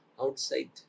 outside